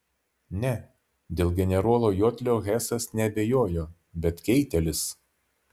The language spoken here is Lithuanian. ne dėl generolo jodlio hesas neabejojo bet keitelis